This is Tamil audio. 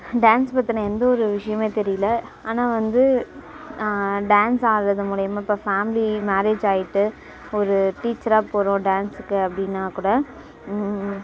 டான்ஸ் பற்றின எந்த ஒரு விஷயமே தெரியல ஆனால் வந்து டான்ஸ் ஆடுறது மூலிமா இப்போ ஃபேமிலி மேரேஜ் ஆகிட்டு ஒரு டீச்சராக போகிறோம் டான்ஸுக்கு அப்படின்னா கூட